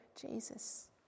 Jesus